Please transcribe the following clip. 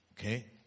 Okay